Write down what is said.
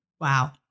Wow